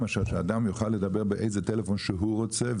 מאשר שאדם יוכל לדבר באיזה טלפון שהוא רוצה,